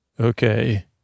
Okay